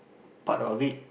part of it